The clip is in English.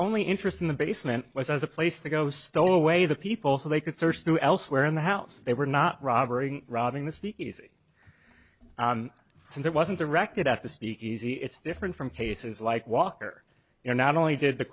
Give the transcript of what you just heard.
only interest in the basement was a place to go stole away the people so they could search through elsewhere in the house they were not robbery robbing the speakeasy since it wasn't directed at the speakeasy it's different from cases like walker you're not only did the